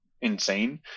insane